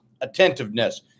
attentiveness